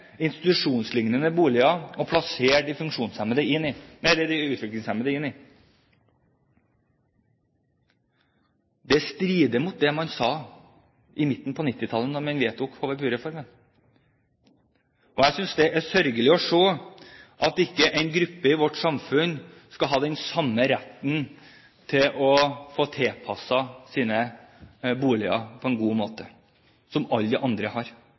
institusjonslignende boliger og plassere de utviklingshemmede der. Det strider imot det man sa på midten av 1990-tallet, da man vedtok HVPU-reformen. Jeg synes det er sørgelig å se at en gruppe i vårt samfunn ikke skal ha den samme retten som alle andre har til å få tilpasset sine boliger på en god måte.